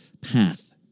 path